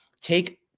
Take